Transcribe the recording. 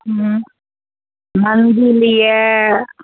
हुँ मन्दिर अइ